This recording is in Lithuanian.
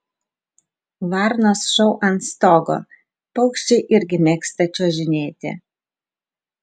varnos šou ant stogo paukščiai irgi mėgsta čiuožinėti